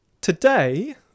Today